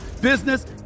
business